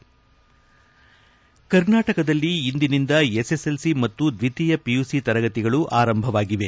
ರಾಜ್ಞಾದ್ಯಂತ ಇಂದಿನಿಂದ ಎಸೆಎಸೆಎಲ್ಸಿ ಮತ್ತು ದ್ವಿತೀಯ ಪಿಯುಸಿ ತರಗತಿಗಳು ಆರಂಭವಾಗಿವೆ